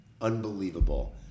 unbelievable